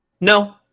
No